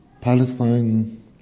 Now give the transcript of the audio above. Palestine